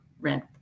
rent